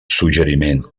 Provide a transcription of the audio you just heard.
suggeriment